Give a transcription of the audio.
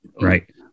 Right